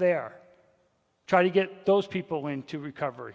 there try to get those people into recovery